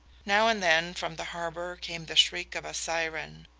now and then from the harbour came the shriek of a siren.